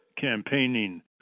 campaigning